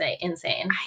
insane